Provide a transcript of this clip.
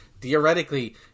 theoretically